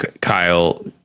Kyle